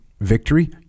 victory